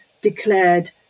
declared